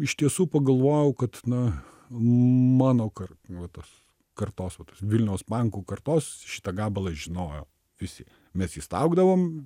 iš tiesų pagalvojau kad na mano kad nu va tas kartos vilniaus pankų kartos šitą gabalą žinojo visi mes jį staugdavom